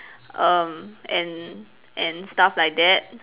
um and and stuff like that